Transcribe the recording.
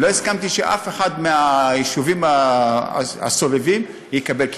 לא הסכמתי שאף אחד מהיישובים הסובבים יקבל,